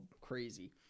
crazy